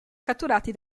catturati